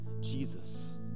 Jesus